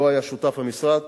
שלו היה שותף המשרד,